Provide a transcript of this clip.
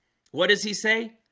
what does he say?